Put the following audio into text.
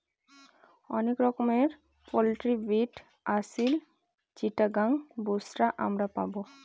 অনেক রকমের poultry breed Aseel, Chittagong, বুশরা আমরা পাবো